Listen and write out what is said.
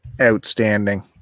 Outstanding